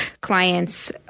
clients